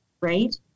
right